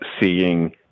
seeing